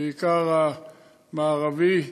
בעיקר המערבי,